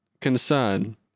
concern